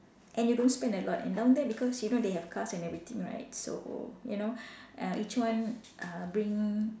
and you don't spend a lot and down there because you know they have cars and everything right so you know uh each one uh bring